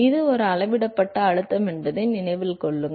இது ஒரு அளவிடப்பட்ட அழுத்தம் என்பதை நினைவில் கொள்க